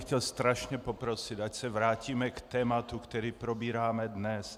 Chtěl bych strašně poprosit, ať se vrátíme k tématu, které probíráme dnes.